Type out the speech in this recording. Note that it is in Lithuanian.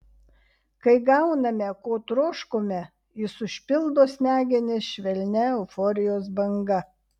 kai gauname ko troškome jis užpildo smegenis švelnia euforijos banga